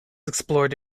explored